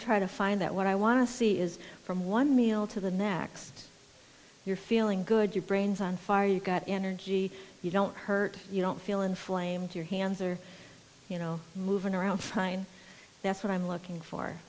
try to find that what i want to see is from one meal to the next you're feeling good your brain is on fire you've got energy you don't hurt you don't feel inflamed your hands are you know moving around fine that's what i'm looking for